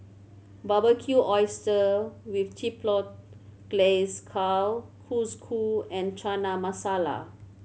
Barbecued Oyster with Chipotle Glaze Kalguksu and Chana Masala